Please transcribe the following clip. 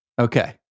Okay